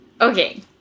okay